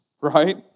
right